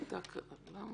שהכול